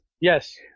Yes